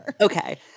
okay